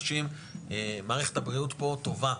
מערכת הבריאות פה טובה,